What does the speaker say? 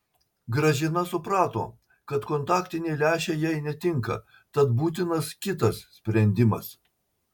gražina suprato kad kontaktiniai lęšiai jai netinka tad būtinas kitas sprendimas